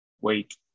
wait